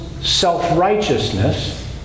self-righteousness